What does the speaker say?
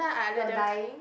your dyeing